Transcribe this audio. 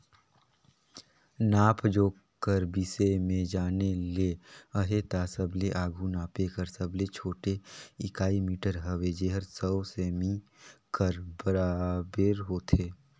नाप जोख कर बिसे में जाने ले अहे ता सबले आघु नापे कर सबले छोटे इकाई मीटर हवे जेहर सौ सेमी कर बराबेर होथे